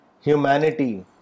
humanity